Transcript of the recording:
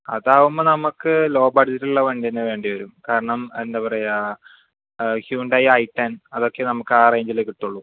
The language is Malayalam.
അതാകുമ്പോൾ നമുക്ക് ലോ ബജറ്റ്ലുള്ള വണ്ടി തന്നെ വേണ്ടി വരും കാരണം എന്താ പറയുക ഹ്യുണ്ടായ് ഐടെൻ അതൊക്കെ നമ്മുക്ക് ആ റേഞ്ച്ലെ കിട്ടുകയുള്ളു